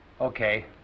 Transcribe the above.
Okay